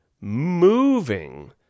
moving